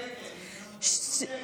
שקר.